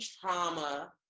trauma